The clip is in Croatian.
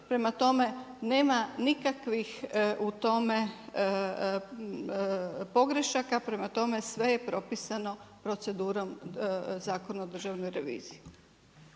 Prema tome, nema nikakvih u tome pogrešaka. Prema tome, sve je propisano procedurom Zakona o Državnoj reviziji.